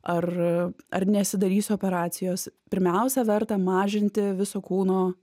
ar ar nesidarysiu operacijos pirmiausia verta mažinti viso kūno